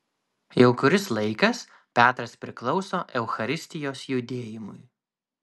jau kuris laikas petras priklauso eucharistijos judėjimui